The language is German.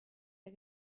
der